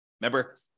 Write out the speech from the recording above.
Remember